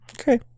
Okay